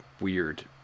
weird